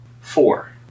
four